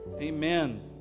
Amen